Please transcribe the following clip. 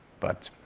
but